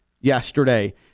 yesterday